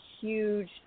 huge